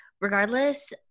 regardless